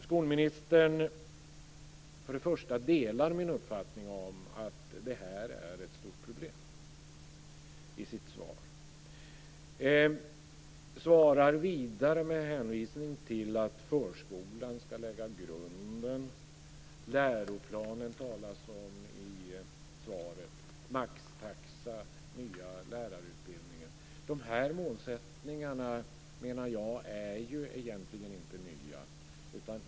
Skolministern delar min uppfattning att detta är ett stort problem i sitt svar. Hon hänvisar vidare till att förskolan ska lägga grunden. Läroplanen talas det om i svaret, maxtaxa och den nya lärarutbildningen likaså. Dessa målsättningar menar jag egentligen inte är nya.